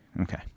Okay